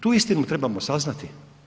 Tu istinu trebamo saznati.